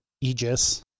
Aegis